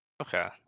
Okay